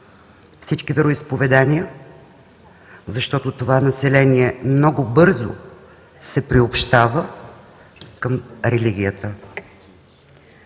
всички вероизповедания, защото това население много бързо се приобщава към религията.